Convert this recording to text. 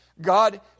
God